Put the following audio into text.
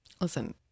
listen